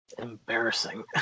Embarrassing